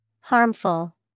Harmful